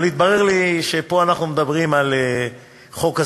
אבל התברר לי שפה אנחנו מדברים על חוק הסיעוד.